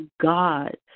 God